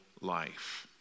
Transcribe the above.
life